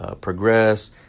progress